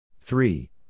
Three